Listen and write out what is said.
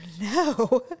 no